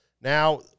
now